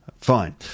Fine